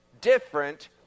different